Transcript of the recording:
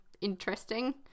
interesting